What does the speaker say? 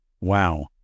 wow